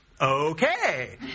Okay